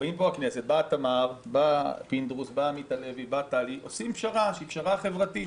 באים חברי הכנסת, עושים פשרה שהיא פשרה חברתית